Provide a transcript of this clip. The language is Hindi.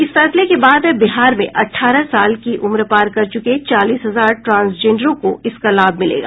इस फैसले के बाद बिहार में अठारह साल की उम्र पार कर चुके चालीस हजार ट्रांसजेंडरों को इसका लाभ मिलेगा